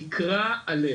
נקרע הלב.